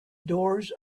doors